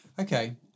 Okay